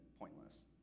pointless